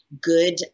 good